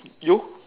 you